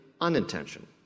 unintentional